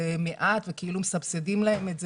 זה מעט וכאילו מסבסדים להם את זה.